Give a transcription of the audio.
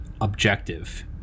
objective